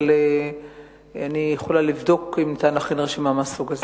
אבל אני יכולה לבדוק אם ניתן להכין רשימה כזאת.